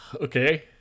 Okay